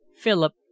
Philip